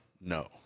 No